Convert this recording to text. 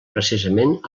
precisament